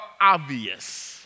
obvious